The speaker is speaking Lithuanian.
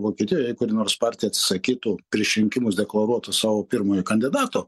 vokietijoje kuri nors partija atsisakytų prieš rinkimus deklaruoto savo pirmojo kandidato